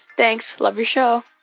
thanks. love your show